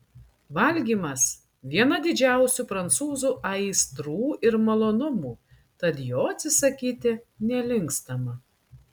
valgymas viena didžiausių prancūzų aistrų ir malonumų tad jo atsisakyti nelinkstama